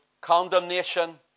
condemnation